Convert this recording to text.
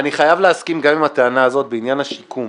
אני חייב להסכים גם עם הטענה הזאת בעניין השיקום.